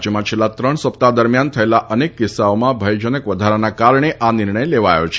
રાજ્યમાં છેલ્લા ત્રણ સપ્તાહ દરમિયાન થયેલા અનેક કિસ્સાઓમાં ભયજનક વધારાને કારણે આ નિર્ણય લેવામાં આવ્યો છે